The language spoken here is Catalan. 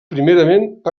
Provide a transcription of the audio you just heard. primerament